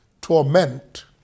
torment